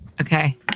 Okay